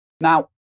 Now